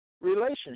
relationship